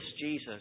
Jesus